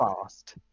fast